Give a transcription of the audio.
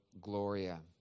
Gloria